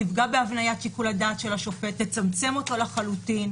תפגע בהבניית שיקול הדעת של השופט ותצמצם אותו לחלוטין.